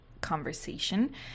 conversation